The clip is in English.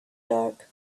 dark